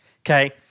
Okay